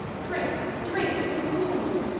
drink! drink! it will cool you.